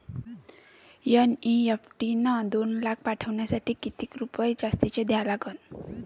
NEFT न दोन लाख पाठवासाठी किती रुपये जास्तचे द्या लागन?